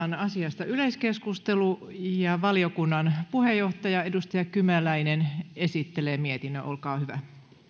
avataan asiasta yleiskeskustelu valiokunnan puheenjohtaja edustaja kymäläinen esittelee mietinnön olkaa hyvä